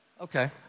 Okay